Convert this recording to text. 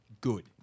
good